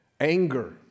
Anger